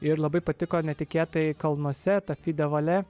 ir labai patiko netikėtai kalnuose tafi de vale